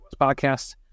podcast